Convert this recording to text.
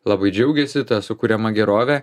labai džiaugėsi ta sukuriama gerove